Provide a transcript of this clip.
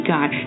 God